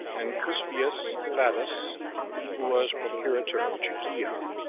and cuspius fadus, who was procurator of judea,